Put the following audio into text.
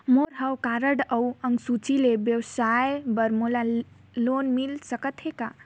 मोर हव कारड अउ अंक सूची ले व्यवसाय बर मोला लोन मिल सकत हे का?